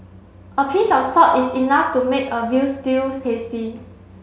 a pinch of salt is enough to make a veal stew tasty